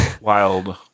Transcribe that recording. wild